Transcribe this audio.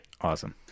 Awesome